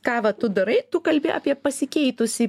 ką va tu darai tu kalbi apie pasikeitusį